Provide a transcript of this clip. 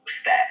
step